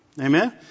Amen